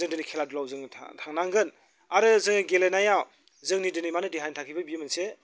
जों दिनै खेला दुलायाव जों थांनांगोन आरो जोङो गेलेनायाव जोंनि दिनै माने जोंनि देहानि थाखायबो मोनसे